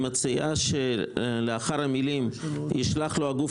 היא מציעה שלאחר המילים "ישלחו לו הגוף